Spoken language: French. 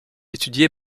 étudié